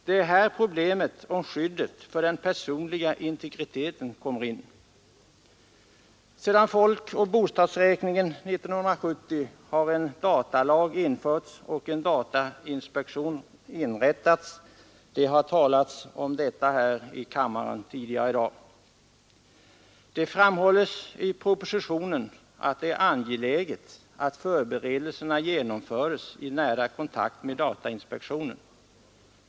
Det är här problemet om skyddet för den personliga integriteten kommer in. Sedan folkoch bostadsräkningen 1970 har en datalag införts och en datainspektion inrättats. Det har talats om detta här i kammaren tidigare i dag. Man framhåller i propositionen att det är angeläget att förberedelserna genomföres i nära kontakt med datainspektionen.